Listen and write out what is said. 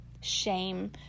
shame